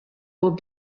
will